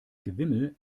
gewimmel